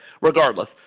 regardless